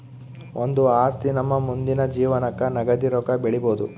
ಒಂದು ಆಸ್ತಿ ನಮ್ಮ ಮುಂದಿನ ಜೀವನಕ್ಕ ನಗದಿ ರೊಕ್ಕ ಬೆಳಿಬೊದು